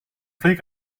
flink